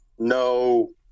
No